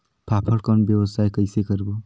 फाफण कौन व्यवसाय कइसे करबो?